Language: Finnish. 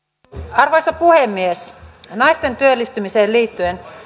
arvoisa puhemies naisten työllistymiseen liittyen